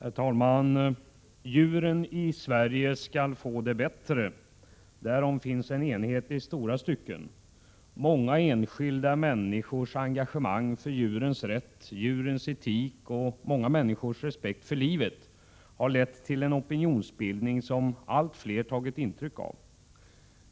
Herr talman! Djuren i Sverige skall få det bättre, därom finns det en enighet i stora stycken. Många enskilda människors engagemang för djurens rätt, djurens etik och många människors respekt för livet har lett till en opinionsbildning som allt fler tagit intryck av.